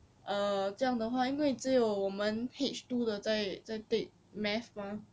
err 这样的话因为只有我们 H two 的在在 take math mah